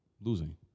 losing